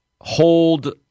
hold